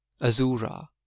Azura